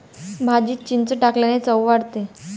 भाजीत चिंच टाकल्याने चव वाढते